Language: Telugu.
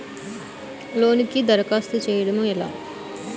లోనుకి దరఖాస్తు చేయడము ఎలా?